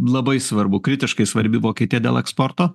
labai svarbu kritiškai svarbi vokietija dėl eksporto